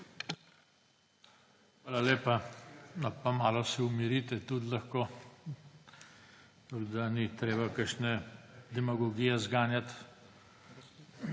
Hvala lepa. Pa malo se umirite tudi lahko, ni treba kakšne demagogije zganjati.